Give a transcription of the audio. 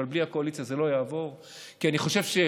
אבל בלי הקואליציה זה לא יעבור.